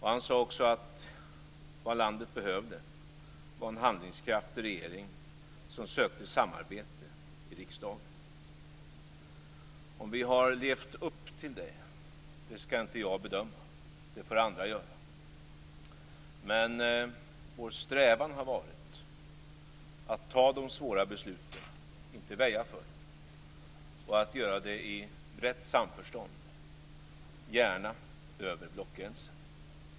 Han sade också att vad landet behövde var en handlingskraftig regering som sökte samarbete i riksdagen. Om vi har levt upp till det skall inte jag bedöma. Det får andra göra. Men vår strävan har varit att fatta de svåra besluten, och inte väja för dem, och att göra det i brett samförstånd - gärna över blockgränsen.